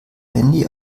handy